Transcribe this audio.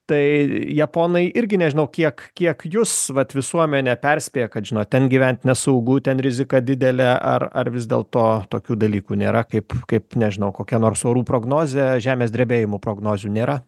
tai japonai irgi nežinau kiek kiek jūs vat visuomenę perspėja kad žinot ten gyvent nesaugu ten rizika didelė ar ar vis dėlto tokių dalykų nėra kaip kaip nežinau kokia nors orų prognozė žemės drebėjimo prognozių nėra